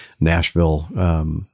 Nashville